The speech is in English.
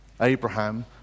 Abraham